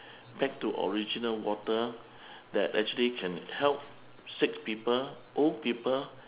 back to original water that actually can help sick people old people